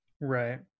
Right